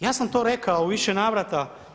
Ja sam to rekao u više navrata.